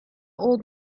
old